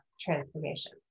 transformation